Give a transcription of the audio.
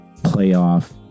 playoff